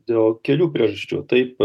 dėl kelių priežasčių taip